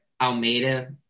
Almeida